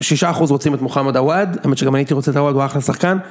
שישה אחוז רוצים את מוחמד הוואד, האמת שגם אני הייתי רוצה את הוואד, הוא וואחד שחקן.